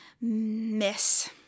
miss